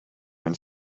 went